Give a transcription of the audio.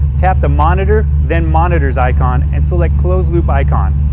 tap the monitor, then monitors icon and select closed-loop icon.